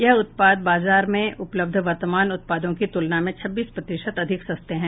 यह उत्पाद बाजार में उपलब्ध वर्तमान उत्पादों की तुलना में छब्बीस प्रतिशत अधिक सस्ते हैं